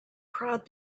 prod